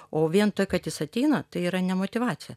o vien tai kad jis ateina tai yra ne motyvacija